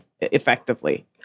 effectively